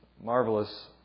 marvelous